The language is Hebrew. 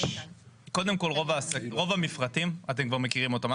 קודם כל, רוב המפרטים אתם כבר מכירים אותם.